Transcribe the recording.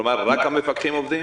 כלומר רק המפקחים עובדים?